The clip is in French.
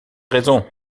raison